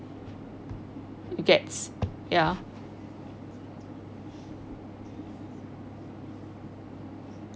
you gets ya